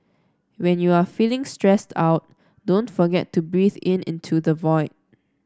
when you are feeling stressed out don't forget to breathe in into the void